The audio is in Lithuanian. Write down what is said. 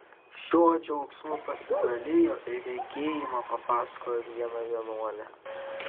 šiuo džiaugsmu pasidalijo ir regėjimą papasakojo viena vienuolė